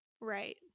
Right